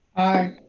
aye,